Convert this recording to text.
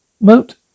Moat